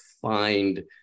find